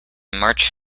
march